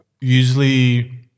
usually